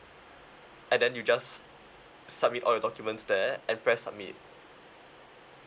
and then you just submit all your documents there and press submit